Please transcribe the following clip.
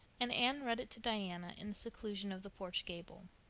and anne read it to diana in the seclusion of the porch gable.